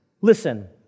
Listen